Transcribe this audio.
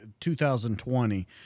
2020